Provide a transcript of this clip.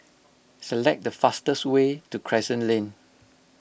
select the fastest way to Crescent Lane